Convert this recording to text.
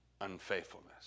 unfaithfulness